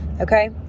Okay